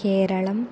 केरळम्